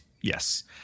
yes